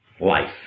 life